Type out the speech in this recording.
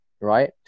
Right